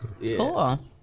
cool